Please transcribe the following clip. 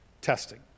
testing